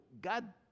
God